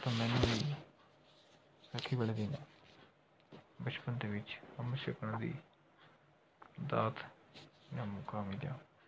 ਤਾਂ ਮੈਨੂੰ ਵੀ ਵਿਸਾਖੀ ਵਾਲੇ ਦਿਨ ਬਚਪਨ ਦੇ ਵਿੱਚ ਅੰਮ੍ਰਿਤ ਛਕਣ ਦੀ ਦਾਤ ਦਾ ਮੌਕਾ ਮਿਲ ਗਿਆ